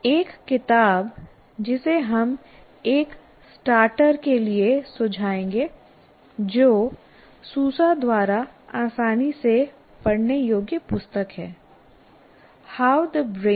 एक किताब जिसे हम एक स्टार्टर के लिए सुझाएंगे जो सूसा द्वारा आसानी से पढ़ने योग्य पुस्तक है हाउ द ब्रेन लर्न्स